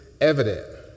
evident